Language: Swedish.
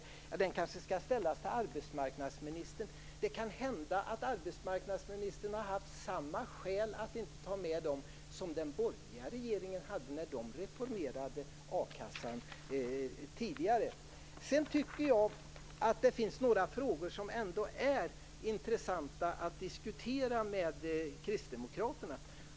Den frågan kanske skall ställas till arbetsmarknadsministern. Det kan hända att arbetsmarknadsministern har haft samma skäl att inte ta med denna grupp som den borgerliga regeringen hade när den tidigare reformerade a-kassan. Det finns några frågor som ändå är intressanta att diskutera med kristdemokraterna.